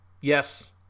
Yes